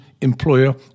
employer